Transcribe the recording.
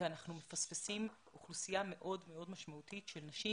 אנחנו מפספסים אוכלוסייה מאוד-מאוד משמעותית של נשים.